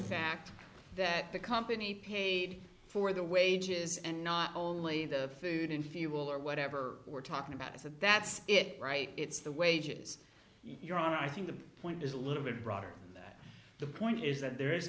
fact that the company paid for the wages and not only the food in fuel or whatever we're talking about is that that's it right it's the wages you're on i think the point is a little bit broader the point is that there is